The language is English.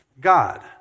God